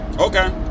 Okay